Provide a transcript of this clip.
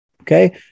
Okay